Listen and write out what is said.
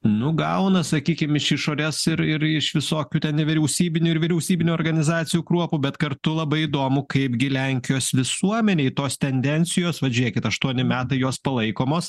nu gauna sakykim iš išorės ir ir iš visokių ten nevyriausybinių ir vyriausybinių organizacijų kruopų bet kartu labai įdomu kaipgi lenkijos visuomenėj tos tendencijos vat žiūrėkit aštuoni metai jos palaikomos